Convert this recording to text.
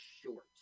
short